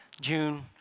June